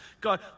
God